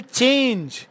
change